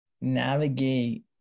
navigate